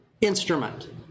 instrument